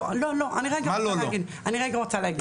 לא, לא, אני רגע רוצה להגיד.